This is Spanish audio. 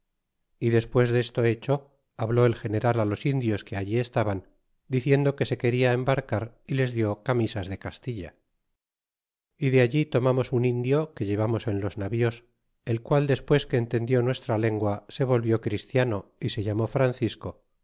y despues desto hecho habló el general los indios que allí estaban diciendo que se quena embarcar y les lió camisas de castilla y de allí tomamos un indio que llevamos en los navíos el qual despues que entendió nuestra lengua se volvió christiano y se llamó francisco